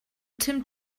tim